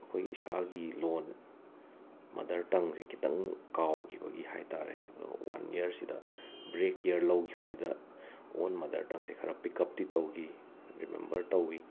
ꯑꯩꯈꯣꯏ ꯏꯁꯥꯒꯤ ꯂꯣꯟ ꯃꯥꯗꯔ ꯇꯪꯁꯦ ꯈꯤꯇꯪ ꯀꯥꯎꯈꯤꯕꯒꯤ ꯍꯥꯏ ꯇꯥꯔꯦ ꯋꯥꯟ ꯌꯔꯁꯤꯗ ꯕ꯭ꯔꯦꯛ ꯌꯔ ꯂꯧꯈꯤꯕꯁꯤꯗ ꯑꯣꯟ ꯃꯗꯔ ꯇꯪꯁꯦ ꯈꯔ ꯄꯤꯛ ꯀꯞꯇꯤ ꯇꯧꯈꯤ ꯔꯤꯃꯦꯝꯕꯔ ꯇꯧꯋꯤ